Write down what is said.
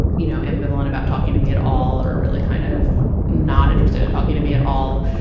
you know, ambivalent about talking to me at all or really kind of not interested in talking to me at all,